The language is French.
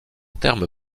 terme